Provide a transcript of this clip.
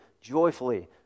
joyfully